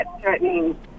threatening